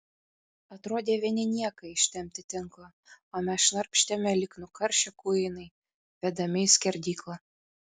atrodė vieni niekai ištempti tinklą o mes šnarpštėme lyg nukaršę kuinai vedami į skerdyklą